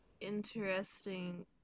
interesting